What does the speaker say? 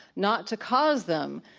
not to cause them?